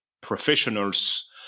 professionals